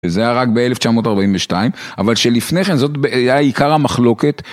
וזה היה רק ב-1942, אבל שלפני כן זאת היה עיקר המחלוקת.